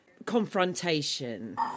Confrontation